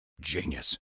Genius